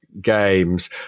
games